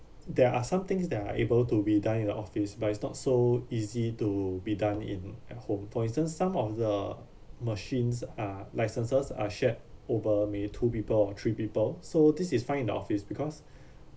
there are some things that are able to be done in the office but it's not so easy to be done in at home for instance some of the machines are licences are shared over maybe two people or three people so this is fine in the office because